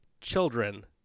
children